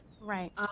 Right